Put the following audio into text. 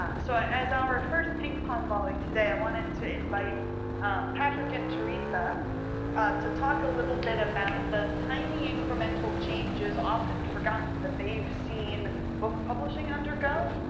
ah so as our first ping-pong volley today, wanted to invite patrick and teresa to talk a little bit about the tiny incremental changes often forgotten that they've seen book publishing undergo.